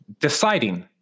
deciding